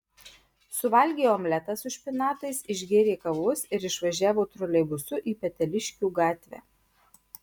suvalgė omletą su špinatais išgėrė kavos ir išvažiavo troleibusu į peteliškių gatvę